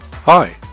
Hi